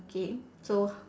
okay so